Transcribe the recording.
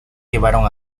llevaron